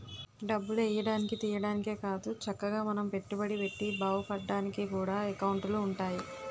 డబ్బులు ఎయ్యడానికి, తియ్యడానికే కాదు చక్కగా మనం పెట్టుబడి పెట్టి బావుపడ్డానికి కూడా ఎకౌంటులు ఉంటాయి